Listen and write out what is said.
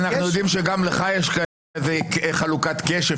אנחנו יודעים שגם לך יש חלוקת קשב,